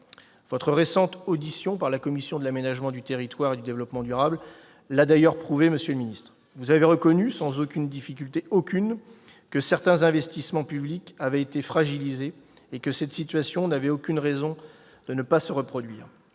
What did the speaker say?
Votre récente audition par la commission de l'aménagement du territoire et du développement durable l'a prouvé, monsieur le secrétaire d'État. Vous avez reconnu, sans difficulté aucune, que certains investissements publics avaient été fragilisés et que cette situation n'avait aucune raison de ne pas se reproduire.